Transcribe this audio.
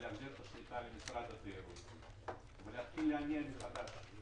להחזיר את השליטה למשרד התיירות ולהתחיל להניע מחדש.